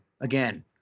again